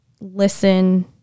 listen